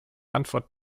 antwort